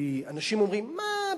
כי אנשים אומרים: מה,